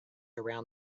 around